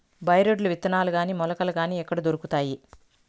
By రోడ్లు విత్తనాలు గాని మొలకలు గాని ఎక్కడ దొరుకుతాయి?